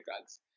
drugs